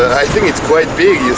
i think it's quite big you